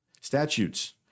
statutes